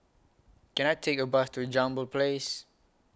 Can I Take A Bus to Jambol Place